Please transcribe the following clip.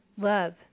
Love